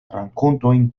rakontojn